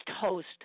host